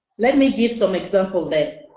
let me give some examples there.